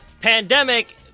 Pandemic